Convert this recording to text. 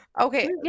okay